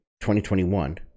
2021